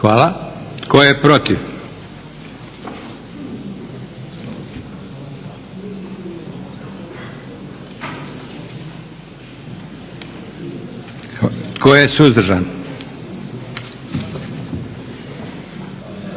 Hvala. Tko je protiv? Tko je suzdržan? Za